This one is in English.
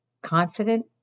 Confident